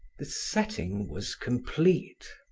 the setting was complete.